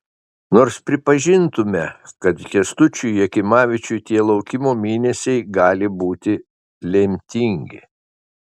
nors pripažintume kad kęstučiui jakimavičiui tie laukimo mėnesiai gali būti lemtingi